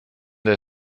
der